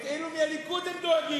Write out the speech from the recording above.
את אלה מהליכוד הם דואגים,